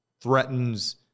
threatens